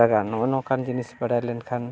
ᱨᱟᱜᱟ ᱱᱚᱜ ᱚ ᱱᱚᱝᱠᱟᱱ ᱡᱤᱱᱤᱥ ᱵᱟᱰᱟᱭ ᱞᱮᱱᱠᱷᱟᱱ